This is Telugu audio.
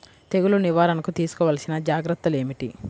తెగులు నివారణకు తీసుకోవలసిన జాగ్రత్తలు ఏమిటీ?